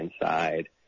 inside